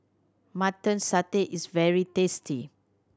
Mutton Satay is very tasty